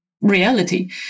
reality